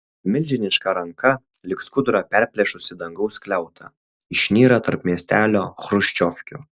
milžiniška ranka lyg skudurą perplėšusi dangaus skliautą išnyra tarp miestelio chruščiovkių